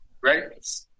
right